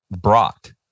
brought